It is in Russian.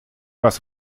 раз